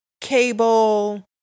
cable